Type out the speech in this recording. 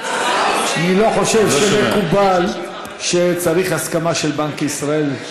אני לא חושב שמקובל שצריך הסכמה של בנק ישראל.